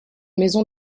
maisons